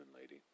Lady